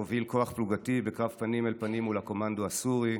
הוביל כוח פלוגתי בקרב פנים אל פנים מול הקומנדו הסורי.